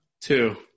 two